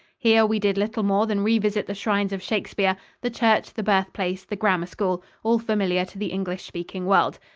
here we did little more than re-visit the shrines of shakespeare the church, the birthplace, the grammar school all familiar to the english-speaking world.